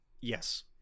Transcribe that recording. Yes